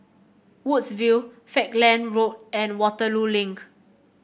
Woodsville Falkland Road and Waterloo Link